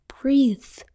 breathe